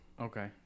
Okay